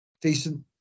decent